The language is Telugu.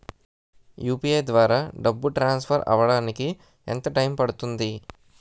యు.పి.ఐ ద్వారా డబ్బు ట్రాన్సఫర్ అవ్వడానికి ఎంత టైం పడుతుంది?